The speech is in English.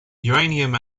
uranium